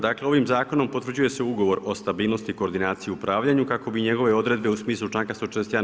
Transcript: Dakle ovim Zakonom potvrđuje se Ugovor o stabilnosti i koordinaciji upravljanju kako bi njegove odredbe u smislu članka 141.